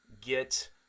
get